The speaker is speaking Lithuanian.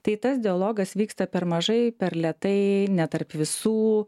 tai tas dialogas vyksta per mažai per lėtai ne tarp visų